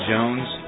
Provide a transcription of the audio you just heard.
Jones